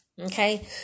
okay